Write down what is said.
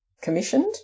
commissioned